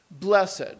Blessed